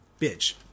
bitch